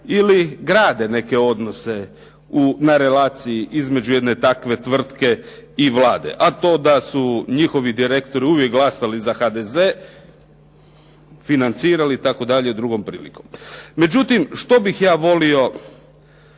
ili grade neke odnose na relaciji između jedne takve tvrtke i Vlade, a to da su njihovi direktori uvijek glasali za HDZ, financirali itd. drugom prilikom. Međutim, što bih ja volio